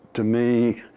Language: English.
to me,